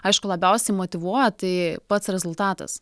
aišku labiausiai motyvuoja tai pats rezultatas